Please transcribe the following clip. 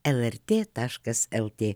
lrt taškas lt